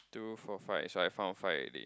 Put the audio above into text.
two four five so I found five already